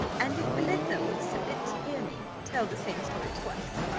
and if belinda will submit to hear me tell the same story twice.